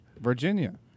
Virginia